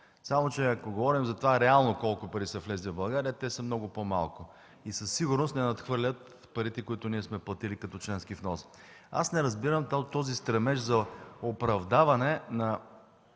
само че ако говорим за това реално колко пари са влезли в България, те са много по-малко и със сигурност не надхвърлят парите, които ние сме платили като членски внос. Аз не разбирам този стремеж в българските